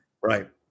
Right